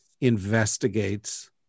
investigates